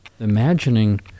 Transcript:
Imagining